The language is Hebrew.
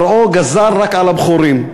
פרעה גזר רק על הבכורים,